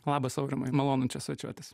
labas aurimai malonu čia svečiuotis